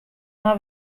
nei